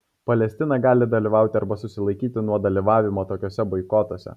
palestina gali dalyvauti arba susilaikyti nuo dalyvavimo tokiuose boikotuose